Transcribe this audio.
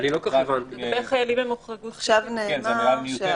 זו אמירה מיותרת.